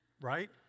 Right